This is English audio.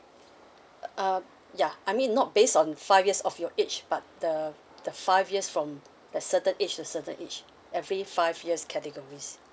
uh uh ya I mean not based on five years of your age but the the five years from the certain age to certain age every five years categories